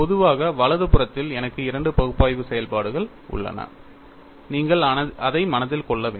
பொதுவாக வலது புறத்தில் எனக்கு இரண்டு பகுப்பாய்வு செயல்பாடுகள் உள்ளன நீங்கள் அதை மனதில் கொள்ள வேண்டும்